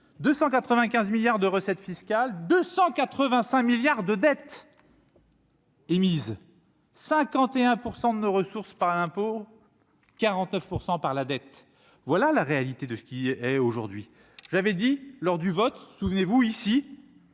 195 milliards de recettes fiscales 285 milliards de dettes. émises 51 % de nos ressources par un impôt 49 % par la dette, voilà la réalité de ce qui est, aujourd'hui, j'avais dit, lors du vote, souvenez-vous ici.